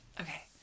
okay